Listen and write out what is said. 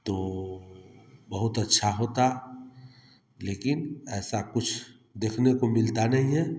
तो बहुत अच्छा होता लेकिन ऐसा कुछ देखने को मिलता नहीं है